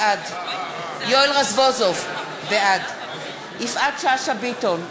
בעד יואל רזבוזוב, בעד יפעת שאשא ביטון,